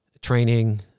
training